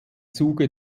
zuge